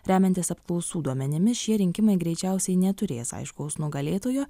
remiantis apklausų duomenimis šie rinkimai greičiausiai neturės aiškaus nugalėtojo